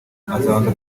azabanza